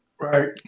Right